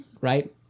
Right